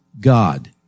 God